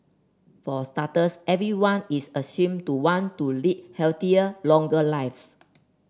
for starters everyone is assumed to want to lead healthier longer lives